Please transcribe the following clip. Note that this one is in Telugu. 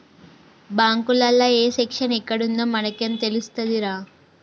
బాంకులల్ల ఏ సెక్షను ఎక్కడుందో మనకేం తెలుస్తదిరా